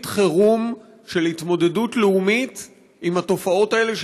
חירום להתמודדות לאומית עם התופעות האלה,